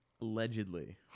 Allegedly